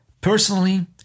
Personally